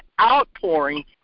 outpouring